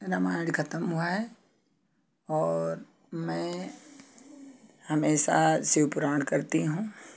रामायण खत्म हुआ है और मैं हमेशा शिव पुराण करती हूँ